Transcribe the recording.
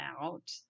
out